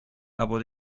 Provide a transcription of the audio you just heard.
από